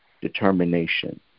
determination